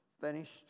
finished